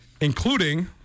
including